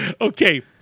Okay